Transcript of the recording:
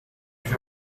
jean